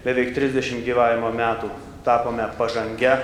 beveik trisdešim gyvavimo metų tapome pažangia